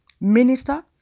minister